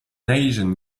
asian